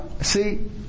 see